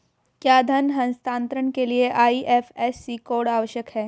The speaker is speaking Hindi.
क्या धन हस्तांतरण के लिए आई.एफ.एस.सी कोड आवश्यक है?